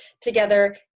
together